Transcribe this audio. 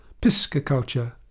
pisciculture